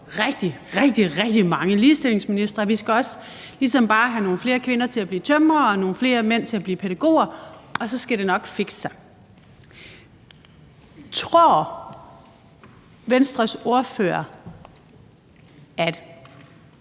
hos rigtig, rigtig mange ligestillingsministre, at vi bare ligesom skal have nogle flere kvinder til at blive tømrere og nogle flere mænd til at blive pædagoger, så skal det nok fikse det. Tror Venstres ordfører, at